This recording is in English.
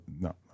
no